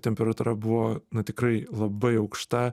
temperatūra buvo nu tikrai labai aukšta